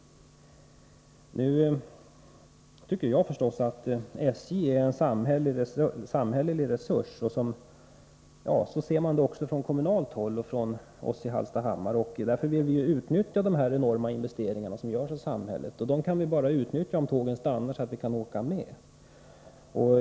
Nu tycker jag förstås att SJ är en samhällelig resurs, och så ser man det också från kommunalt håll i Kolbäck och hos oss i Hallstahammar. Vi vill utnyttja de enorma investeringar som görs av samhället, och dem kan vi bara utnyttja om tågen stannar, så att vi kan åka med.